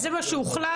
זה מה שהוחלט,